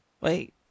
Wait